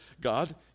god